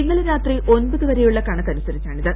ഇന്നലെ രാത്രി ഒൻപത് വരെയുള്ള കണക്കനുസരിച്ചാണിത്